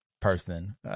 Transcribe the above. Person